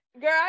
Girl